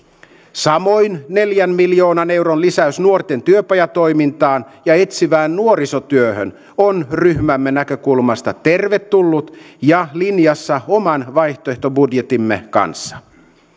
samoin neljän miljoonan euron lisäys nuorten työpajatoimintaan ja etsivään nuorisotyöhön on ryhmämme näkökulmasta tervetullut ja linjassa oman vaihtoehtobudjettimme kanssa